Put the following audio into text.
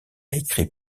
écrit